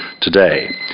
today